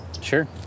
Sure